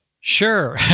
sure